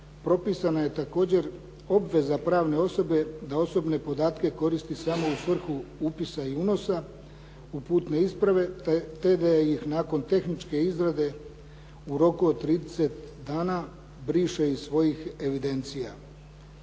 propisana je također obveza pravne osobe da osobne podatke koristi samo u svrhu upisa i unosa u putne isprave te da ih nakon tehničke izrade u roku od 30 dana briše iz svojih evidencija.